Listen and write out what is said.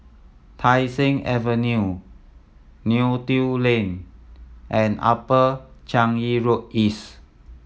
Tai Seng Avenue Neo Tiew Lane and Upper Changi Road East